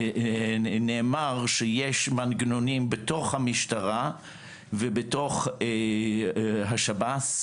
נאמר שיש מנגנונים במשטרה ובשב"ס,